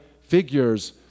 figures